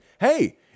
Hey